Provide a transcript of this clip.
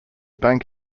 bank